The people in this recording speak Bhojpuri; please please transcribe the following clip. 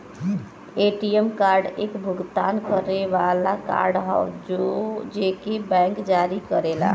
ए.टी.एम कार्ड एक भुगतान करे वाला कार्ड हौ जेके बैंक जारी करेला